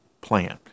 plan